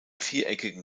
viereckigen